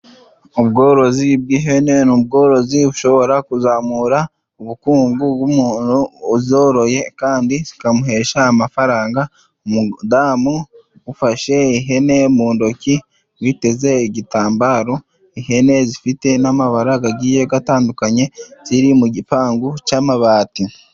Ubworozi bw'ihene n' ubworozi bushobora kuzamura ubukungu bw'umuntu uzoroye kandi zikamuhesha amafaranga umudamu ufashe ihene mu ntoki witeze igitambaro ihene zifite n'amabara agiye atandukanye ziri mu gipangu cy'amabati